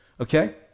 okay